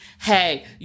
hey